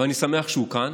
אבל אני שמח שהוא כאן.